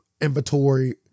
inventory